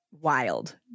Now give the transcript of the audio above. wild